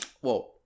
Whoa